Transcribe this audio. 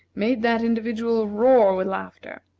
made that individual roar with laughter.